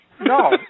No